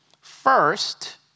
First